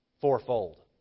fourfold